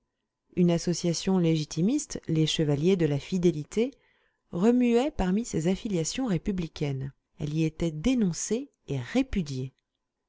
une association légitimiste les chevaliers de la fidélité remuait parmi ces affiliations républicaines elle y était dénoncée et répudiée